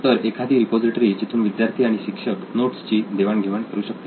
तर एखादी रिपॉझिटरी जिथून विद्यार्थी आणि शिक्षक नोट्सची देवाण घेवाण करु शकतील